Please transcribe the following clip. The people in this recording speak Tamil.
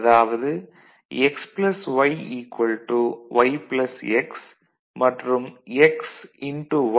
அதாவது x y y x மற்றும் x